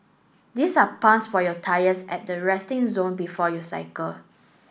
these are pumps for your tyres at the resting zone before you cycle